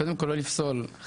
קודם כל לא לפסול חרדים.